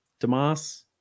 Damas